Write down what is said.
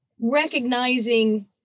recognizing